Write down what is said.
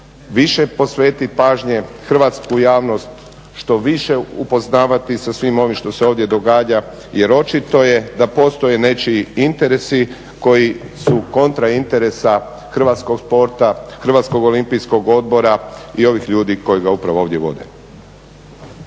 više posvetiti pažnje, hrvatsku javnost što više upoznavati sa svim ovim što se ovdje događa jer očito je da postoje nečiji interesi koji su kontra interesa hrvatskog sporta, Hrvatskog olimpijskog odbora i ovih ljudi koji ga upravo ovdje vode.